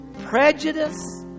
Prejudice